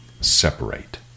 separate